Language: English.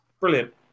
brilliant